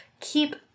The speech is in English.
Keep